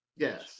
Yes